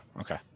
okay